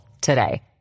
today